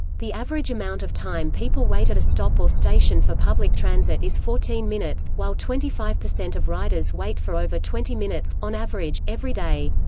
the average amount of time people wait at a stop or station for public transit is fourteen minutes, while twenty five percent of riders wait for over twenty minutes, on average, every day.